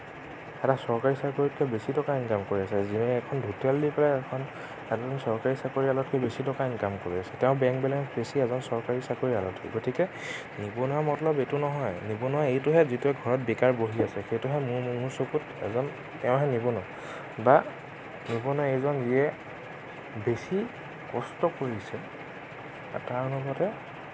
এটা চৰকাৰী চাকৰিতকৈ বেছি টকা ইনকম কৰি আছে যোনে এখন হোটেল দি পেলাই এখন এজন চৰকাৰী চাকৰীয়াতকৈ বেছি টকা ইনকাম কৰি আছে তেওঁ বেংক বেলেঞ্চ বেছি এজন চৰকাৰী চাকৰিয়াতকৈ গতিকে নিবনুৱা মতলব এইটো নহয় নিবনুৱা এইটোহে যিটোয়ে ঘৰত বেকাৰ বহি আছে সেইটোহে মোৰ মোৰ চকুত এজন তেওঁহে নিবনুৱা বা নিবনুৱা এইজন যিয়ে বেছি কষ্ট কৰিছে তাৰ লগতে